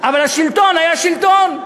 אבל השלטון היה שלטון.